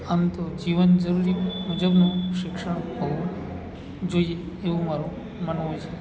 આમ તો જીવન જરૂરી મુજબનું શિક્ષણ હોવું જોઈએ એવું મારું માનવું છે